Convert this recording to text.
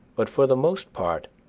but for the most part